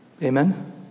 Amen